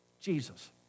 Jesus